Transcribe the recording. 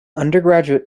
undergraduate